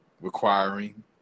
requiring